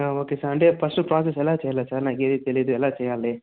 okay sir అంటే first process ఎలా చేయాలి సార్ నాకు ఏది తెలియదు ఎలా చేయాలి